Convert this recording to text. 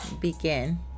begin